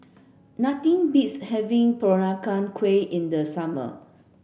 nothing beats having Peranakan Kueh in the summer